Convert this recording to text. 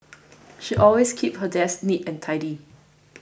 she always keeps her desk neat and tidy